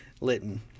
Litton